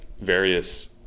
various